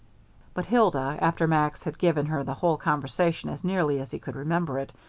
but hilda, after max had given her the whole conversation as nearly as he could remember it,